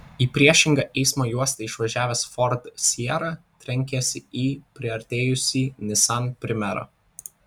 į priešingą eismo juostą išvažiavęs ford sierra trenkėsi į priartėjusį nissan primera